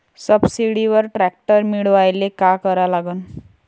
सबसिडीवर ट्रॅक्टर मिळवायले का करा लागन?